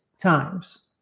times